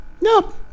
nope